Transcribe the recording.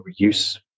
reuse